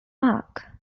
park